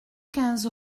quinze